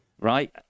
right